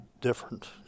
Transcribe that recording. different